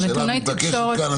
והשאלה המתבקשת כאן,